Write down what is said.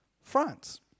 France